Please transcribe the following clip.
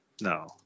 no